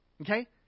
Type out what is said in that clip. okay